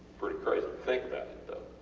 pretty crazy to think about it though.